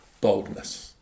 Boldness